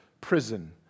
prison